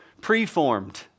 preformed